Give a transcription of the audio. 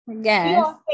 Yes